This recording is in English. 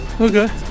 Okay